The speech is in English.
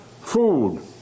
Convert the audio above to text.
food